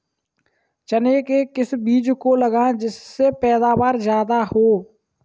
चने के किस बीज को लगाएँ जिससे पैदावार ज्यादा हो?